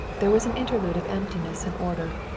there was an interlude of emptiness and order,